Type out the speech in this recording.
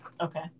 Okay